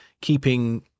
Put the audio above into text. keeping